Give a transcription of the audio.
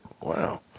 Wow